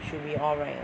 should be alright